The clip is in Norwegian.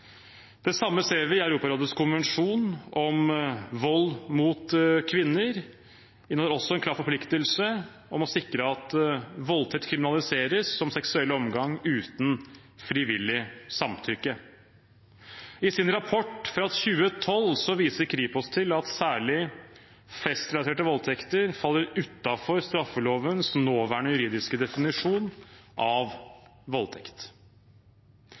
Det samme ser vi i Europarådets konvensjon om vold mot kvinner. Den inneholder også en klar forpliktelse om å sikre at voldtekt kriminaliseres som seksuell omgang uten frivillig samtykke. I sin rapport fra 2012 viser Kripos til at særlig festrelaterte voldtekter faller utenfor straffelovens nåværende juridiske definisjon av voldtekt.